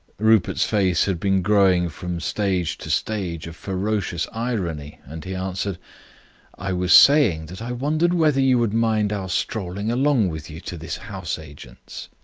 rupert's face had been growing from stage to stage of ferocious irony, and he answered i was saying that i wondered whether you would mind our strolling along with you to this house-agent's.